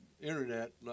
Internet